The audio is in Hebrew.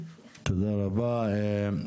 תודה רבה.